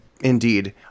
Indeed